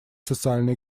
социально